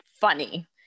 funny